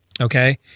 okay